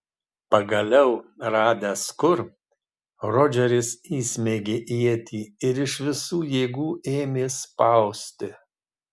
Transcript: pagaliau radęs kur rodžeris įsmeigė ietį ir iš visų jėgų ėmė spausti